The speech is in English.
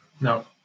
No